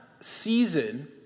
season